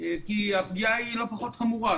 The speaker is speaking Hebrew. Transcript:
כי הפגיעה היא לא פחות חמורה.